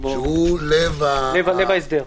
הוא לב ההסדר.